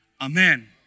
Amen